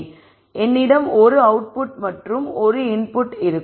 எனவே என்னிடம் ஒரு அவுட்புட்டும் மற்றும் ஒரு இன்புட்டும் இருக்கும்